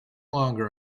longer